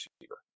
receiver